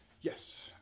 Yes